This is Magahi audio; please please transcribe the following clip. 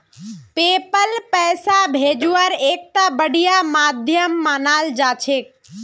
पेपल पैसा भेजवार एकता बढ़िया माध्यम मानाल जा छेक